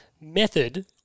Method